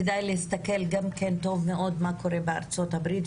כדאי להסתכל טוב גם על מה שקורה בארצות הברית.